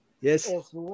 yes